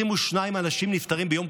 22 אנשים נפטרים ביום.